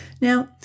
Now